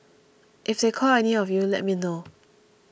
if they call any of you let me know